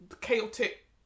chaotic